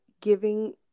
giving